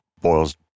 boils